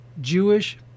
Jewish